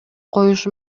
коюшу